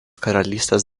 karalystės